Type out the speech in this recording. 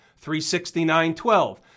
369.12